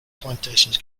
plantations